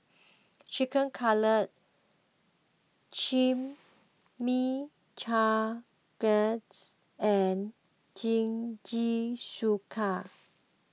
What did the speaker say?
Chicken Cutlet Chimichangas and Jingisukan